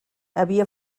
havia